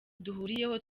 duhuriyeho